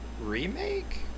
Remake